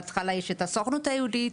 בהתחלה יש את הסוכנות היהודית,